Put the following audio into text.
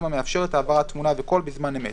המאפשרת העברת תמונה וקול בזמן אמת".